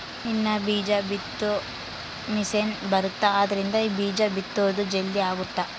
ಇನ್ನ ಬೀಜ ಬಿತ್ತೊ ಮಿಸೆನ್ ಬರುತ್ತ ಆದ್ರಿಂದ ಬೀಜ ಬಿತ್ತೊದು ಜಲ್ದೀ ಅಗುತ್ತ